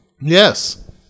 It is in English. Yes